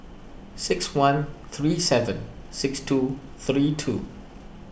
six one three seven six two three two